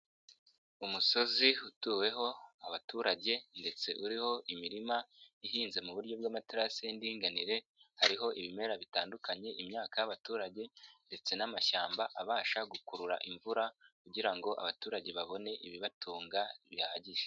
Umusozi utuweho abaturage ndetse uriho imirima ihinze mu buryo bw'amaterasi y'indinganire hariho ibimera bitandukanye, imyaka y'abaturage ndetse n'amashyamba abasha gukurura imvura kugira ngo abaturage babone ibibatunga bihagije.